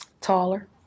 Taller